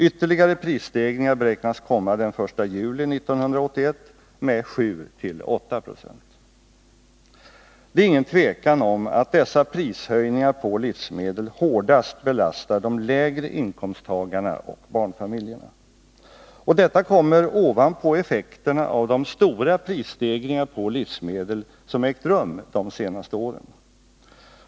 Ytterligare prisstegringar beräknas komma den 1 juli 1981 med 7-8 90. Det är inget tvivel om att dessa prishöjningar på livsmedel hårdast belastar de lägre inkomsttagarna och barnfamiljerna. Och detta kommer ovanpå effekterna av de stora prisstegringar på livsmedel som ägt rum de senaste åren.